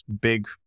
big